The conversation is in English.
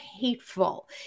hateful